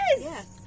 Yes